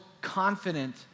confident